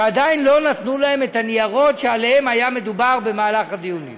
שעדיין לא נתנו להם את הניירות שעליהם היה מדובר במהלך הדיונים.